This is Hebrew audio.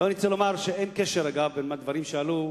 אני רוצה לומר שאין קשר, אגב, מהדברים שעלו,